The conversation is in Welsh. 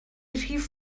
rhif